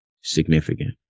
significant